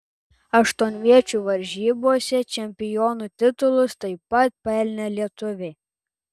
aštuonviečių varžybose čempionų titulus taip pat pelnė lietuviai